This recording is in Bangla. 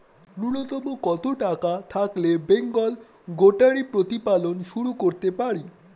নূন্যতম কত টাকা থাকলে বেঙ্গল গোটারি প্রতিপালন শুরু করতে পারি?